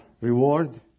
reward